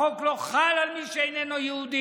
החוק לא חל על מי שאיננו יהודי.